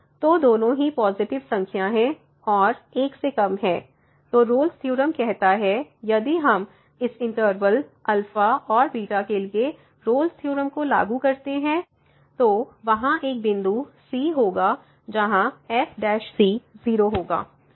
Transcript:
तो दोनों ही पॉजिटिव संख्या हैं और 1 से कम है तो रोल्स थ्योरम Rolle's Theorem कहता है यदि हम इस इनटर्वल α और β के लिए रोल्स थ्योरम Rolle's Theorem को लागू करते हैं तो वहाँ एक बिंदु c होगा जहाँ f 0 होगा